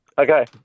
Okay